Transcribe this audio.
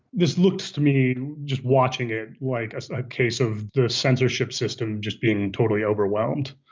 this looks to me just watching it like a case of the censorship system, just being totally overwhelmed.